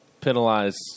penalize